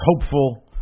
hopeful